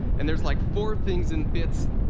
and there's, like, four things and bits,